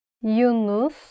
Yunus